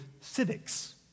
civics